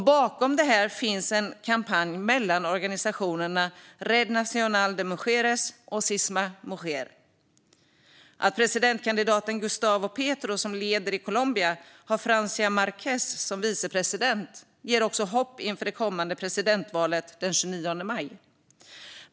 Bakom detta finns en kampanj och ett samarbete mellan organisationerna Red Nacional de Mujeres och Sisma Mujer. Att presidentkandidaten Gustavo Petro, som leder i Colombia, har Francia Márquez som vicepresident ger hopp inför det kommande presidentvalet den 29 maj.